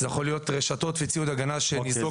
זה יכול להיות רשתות וציוד הגנה שניזוק ממזיקים.